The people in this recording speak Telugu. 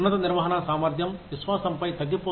ఉన్నత నిర్వహణ సామర్థ్యం విశ్వాసంఫై తగ్గిపోతుంది